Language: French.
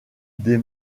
des